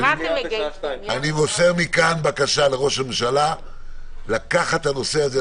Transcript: אני מוסר מכאן בקשה לראש הממשלה לקחת את הנושא הזה,